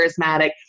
charismatic